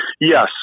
Yes